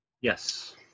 Yes